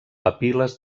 papil·les